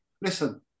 Listen